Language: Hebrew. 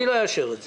אני לא אאשר את זה.